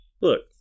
Look